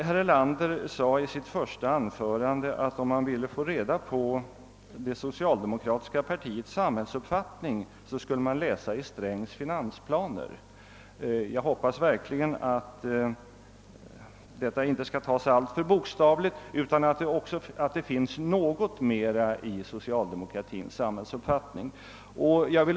Herr Erlander sade i sitt anförande att om man ville få besked om det socialdemokratiska partiets samhällsuppfattning skulle man läsa herr Strängs finansplaner. Jag hoppas verkligen, att det sagda inte skall tas alltför bokstavligt, utan att det också finns mera i socialdemokratins samhällsuppfattning.